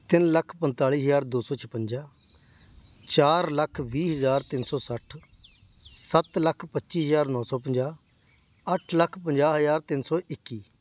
ਤਿੰਨ ਲੱਖ ਪੰਤਾਲੀ ਹਜ਼ਾਰ ਦੋ ਸੌ ਛਪੰਜਾ ਚਾਰ ਲੱਖ ਵੀਹ ਹਜ਼ਾਰ ਤਿੰਨ ਸੌ ਸੱਠ ਸੱਤ ਲੱਖ ਪੱਚੀ ਹਜ਼ਾਰ ਨੌ ਸੌ ਪੰਜਾਹ ਅੱਠ ਲੱਖ ਪੰਜਾਹ ਹਜ਼ਾਰ ਤਿੰਨ ਸੌ ਇੱਕੀ